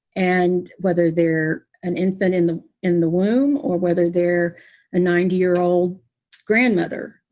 and whether they're an infant in the in the womb or whether they're a ninety year old grandmother,